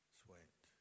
sweat